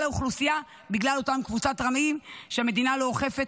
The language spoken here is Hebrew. האוכלוסייה בגלל אותה קבוצת רמאים שהמדינה לא אוכפת,